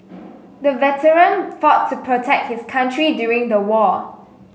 the veteran fought to protect his country during the war